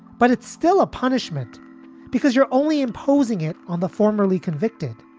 but it's still a punishment because you're only imposing it on the formerly convicted.